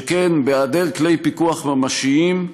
שכן בהיעדר כלי פיקוח ממשיים,